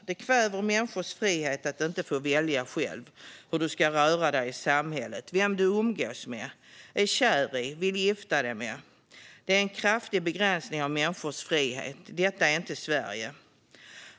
Det kväver människors frihet att inte få välja själv hur du ska röra dig i samhället, vem du umgås med, är kär i, vill gifta dig med. Det är en kraftig begränsning av människors frihet. Det är inte Sverige.